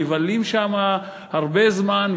מבלים שם הרבה זמן,